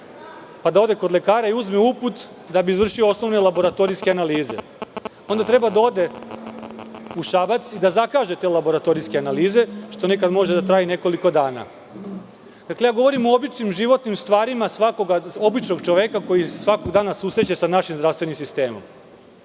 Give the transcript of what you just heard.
pa da ode kod lekara i uzme uput da bi izvršio osnovne laboratorijske analize. Onda treba da ode u Šabac i da zakaže te laboratorijske analize, što nekada može da traje i nekoliko dana. govorim o običnim životnim stvarima svakog običnog čoveka koji se svakoga dana susreće sa našim zdravstvenim sistemom.